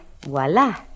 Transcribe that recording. Voila